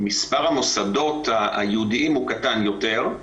מספר המוסדות הייעודיים הוא קטן יותר.